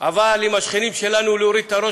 אבל עם השכנים שלנו כשמורידים את הראש